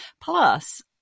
Plus